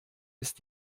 ist